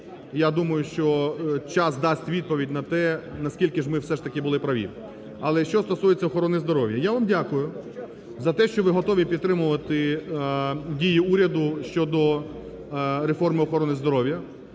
Я думаю, що час дасть відповідь на те, наскільки ж ми все-таки були праві. Але що стосується охорони здоров'я. Я вам дякую за те, що ви готові підтримувати дії уряду щодо реформи охорони здоров'я.